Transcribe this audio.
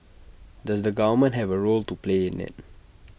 does the government have A role to play in IT